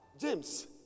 James